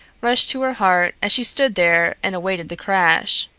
rushed to her heart as she stood there and awaited the crash.